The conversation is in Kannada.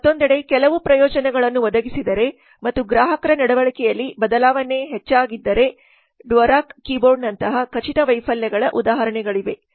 ಮತ್ತೊಂದೆಡೆ ಕೆಲವು ಪ್ರಯೋಜನಗಳನ್ನು ಒದಗಿಸಿದರೆ ಮತ್ತು ಗ್ರಾಹಕರ ನಡವಳಿಕೆಯಲ್ಲಿ ಬದಲಾವಣೆ ಹೆಚ್ಚಾಗಿದ್ದರೆ ಡ್ವೊರಾಕ್ ಕೀಬೋರ್ಡ್ನಂತಹ ಖಚಿತ ವೈಫಲ್ಯಗಳ ಉದಾಹರಣೆಗಳಿವೆ